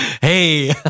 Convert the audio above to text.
Hey